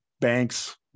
banks